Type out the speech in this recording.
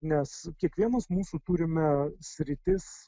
nes kiekvienas mūsų turime sritis